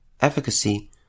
efficacy